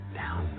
down